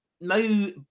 No